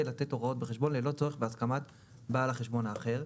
לתת הוראות בחשבון בלא צורך בהסכמת בעל החשבון האחר.